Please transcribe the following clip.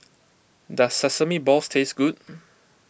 does Sesame Balls taste good